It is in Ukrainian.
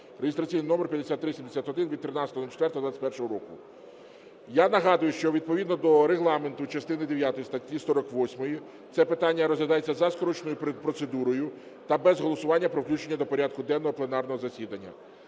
(реєстраційний номер 5371 від 13.04.2021 року). Я нагадую, що відповідно до Регламенту, частини дев'ятої статті 48, це питання розглядається за скороченою процедурою та без голосування про включення до порядку денного пленарного засідання.